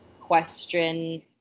question